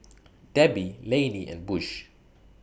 Debby Lainey and Bush